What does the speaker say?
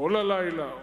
כל הלילה,